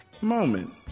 moment